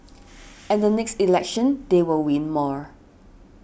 and the next election they will win more